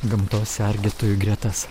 gamtos sergėtojų gretas